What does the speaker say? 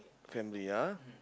family ah